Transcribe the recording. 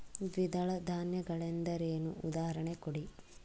ದ್ವಿದಳ ಧಾನ್ಯ ಗಳೆಂದರೇನು, ಉದಾಹರಣೆ ಕೊಡಿ?